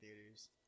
theaters